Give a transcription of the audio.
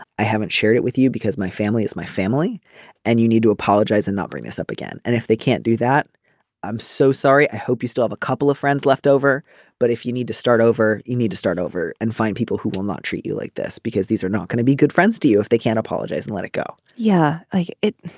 i haven't shared it with you because my family is my family and you need to apologize and not bring this up again. and if they can't do that i'm so sorry. i hope you still have a couple of friends left over but if you need to start over. you need to start over and find people who will not treat you like this because these are not going to be good friends to you if they can't apologize and let it go yeah.